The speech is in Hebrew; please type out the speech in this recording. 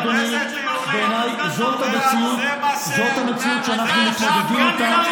אדוני זאת המציאות שאנחנו מתמודדים איתה.